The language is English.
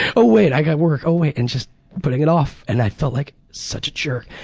ah oh wait, i got work. oh wait. and just putting it off and i felt like such a jerk.